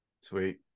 Sweet